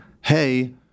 hey